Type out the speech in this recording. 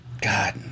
God